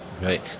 Right